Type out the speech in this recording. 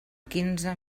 quinze